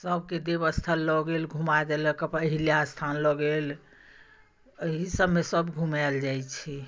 सभके देवस्थल लअ गेल घुमा देलक अपन अहिल्या स्थान लअ गेल एहि सभमे सभ घुमायल जाइ छै